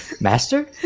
Master